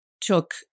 took